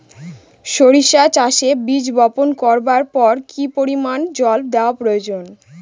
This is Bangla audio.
সরিষা চাষে বীজ বপন করবার পর কি পরিমাণ জল দেওয়া প্রয়োজন?